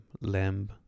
lamb